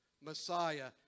Messiah